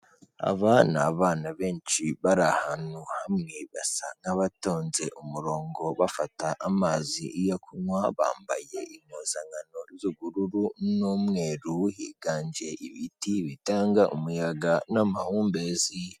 Aba ni abana benshi bari ahantu hamwe, basa nk'abatonze umurongo bafata amazi yo kunywa, bambaye impuzankano z'ubururu n'umweru, higanje ibiti bitanga umuyaga n'amahumbezi.